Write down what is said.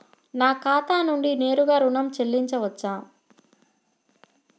నా ఖాతా నుండి నేరుగా ఋణం చెల్లించవచ్చా?